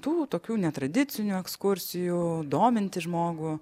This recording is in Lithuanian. tų tokių netradicinių ekskursijų dominti žmogų